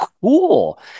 cool